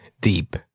Deep